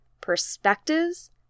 perspectives